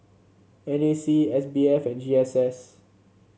N A C S B F and G S S